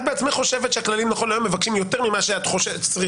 את בעצמך חושבת שהכללים נכון להיום מבקשים יותר ממה שאת צריכה,